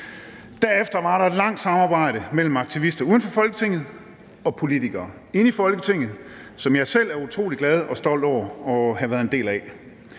Derefter var der et langt samarbejde mellem aktivister uden for Folketinget og politikere inde i Folketinget, som jeg selv er utrolig glad for og stolt over at have været en del af.